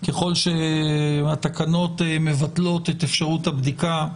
ככל שהתקנות מבטלות את אפשרות הבדיקה,